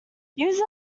use